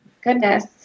Goodness